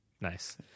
nice